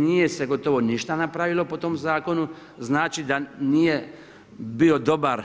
Nije se gotovo ništa napravilo po tom zakonu, znači da nije bio dobar